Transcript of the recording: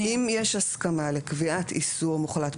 אם יש הסכמה לקביעת איסור מוחלט,